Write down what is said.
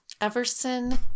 Everson